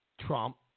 Trump